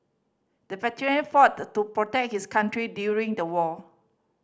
the veteran fought to protect his country during the war